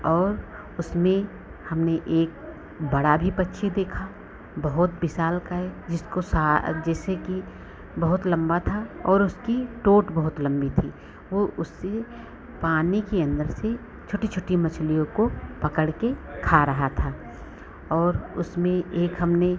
और उसमें हमने एक बड़ा भी पक्षी देखा बहुत विशालकाय जिसको जैसे कि बहुत लंबा था और उसकी चोंच बहुत लंबी थी वह उसी पानी के अंदर से छोटी छोटी मछलियों को पकड़ कर खा रहा था और उसमें एक हमने